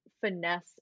finesse